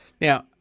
now